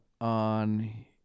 on